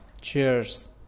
Cheers